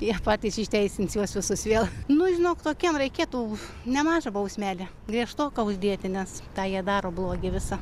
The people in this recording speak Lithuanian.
jie patys išteisins juos visus vėl nu žinok tokiem reikėtų nemažą bausmelę griežtoką uždėti nes tą jie daro blogį visą